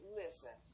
listen